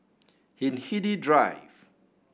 Hindhede Drive